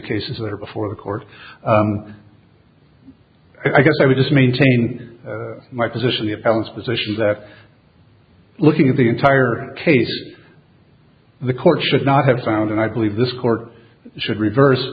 cases that are before the court i guess i would just maintain my position the appellant's position is that looking at the entire case the court should not have found and i believe this court should reverse